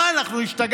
מה, אנחנו השתגענו?